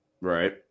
Right